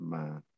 man